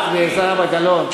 את וזהבה גלאון.